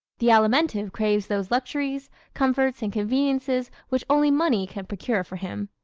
the alimentive craves those luxuries, comforts and conveniences which only money can procure for him.